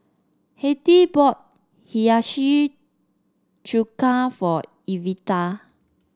Hattie bought Hiyashi Chuka for Evita